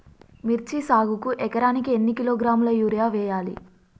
మిర్చి సాగుకు ఎకరానికి ఎన్ని కిలోగ్రాముల యూరియా వేయాలి?